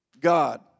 God